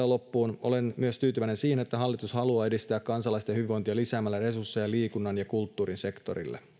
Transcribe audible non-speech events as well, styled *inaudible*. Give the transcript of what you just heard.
*unintelligible* loppuun olen myös tyytyväinen siihen että hallitus haluaa edistää kansalaisten hyvinvointia lisäämällä resursseja liikunnan ja kulttuurin sektorille